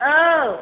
औ